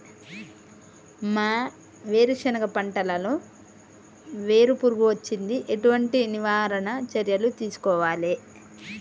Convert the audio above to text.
మా వేరుశెనగ పంటలలో వేరు పురుగు వచ్చింది? ఎటువంటి నివారణ చర్యలు తీసుకోవాలే?